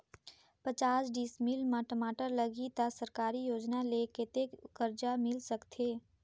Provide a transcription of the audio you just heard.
पचास डिसमिल मा टमाटर लगही त सरकारी योजना ले कतेक कर्जा मिल सकथे?